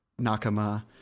nakama